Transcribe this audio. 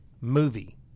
movie